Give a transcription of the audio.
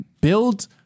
Build